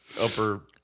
upper